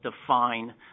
define